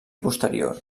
posterior